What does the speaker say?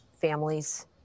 families